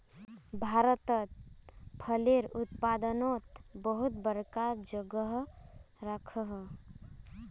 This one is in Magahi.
भारत फलेर उत्पादनोत बहुत बड़का जोगोह राखोह